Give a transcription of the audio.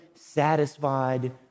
satisfied